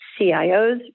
CIOs